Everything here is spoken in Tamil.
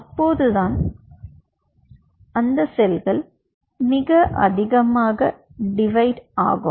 அப்போதுதான் அந்த செல்கள் மிக அதிகமாக டிவைட் ஆகும்